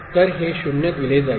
तर हे 0 दिले जाईल